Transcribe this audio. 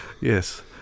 yes